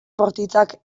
bortitzak